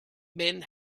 men